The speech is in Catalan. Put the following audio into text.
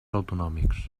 autonòmics